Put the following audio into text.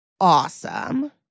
awesome